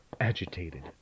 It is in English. Agitated